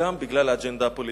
וגם בגלל האג'נדה הפוליטית.